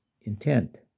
intent